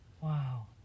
Wow